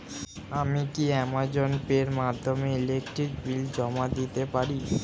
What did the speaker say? আমি কি Amazon Pay এর মাধ্যমে ইলেকট্রিক বিল জমা দিতে পারি?